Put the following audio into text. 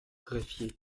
greffier